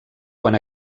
quan